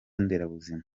nderabuzima